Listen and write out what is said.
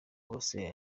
bose